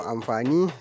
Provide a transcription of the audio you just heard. Amfani